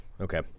Okay